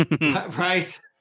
Right